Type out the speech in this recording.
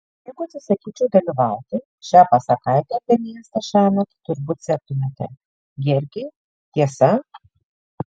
jeigu atsisakyčiau dalyvauti šią pasakaitę apie miestą šiąnakt turbūt sektumėte gierkei tiesa